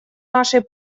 нашей